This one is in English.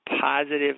Positive